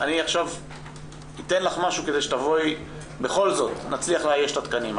אני עכשיו אתן לך משהו כדי שתבואי בכל זאת' ונצליח לאייש את התקנים.